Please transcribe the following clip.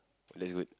that's good